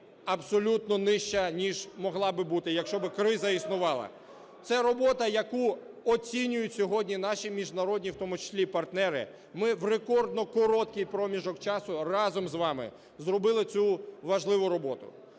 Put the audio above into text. абсолютно нижча, ніж могла би бути, якщо би криза існувала. Це робота, яку оцінюють сьогодні наші міжнародні в тому числі партнери. Ми в рекордно короткий проміжок часу разом з вами зробили цю важливу роботу.